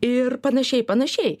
ir panašiai panašiai